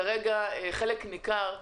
כרגע חלק ניכר,